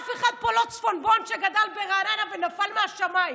אף אחד פה לא צפונבון שגדל ברעננה ונפל מהשמיים,